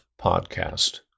podcast